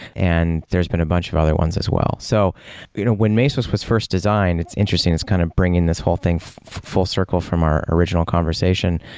and there's been a bunch of other ones as well. so you know when when mesos was first designed, it's interesting, it's kind of bringing this whole thing full-circle from our original conversation.